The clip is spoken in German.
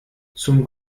zum